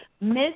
Miss